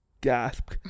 Gasp